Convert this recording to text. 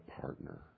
partner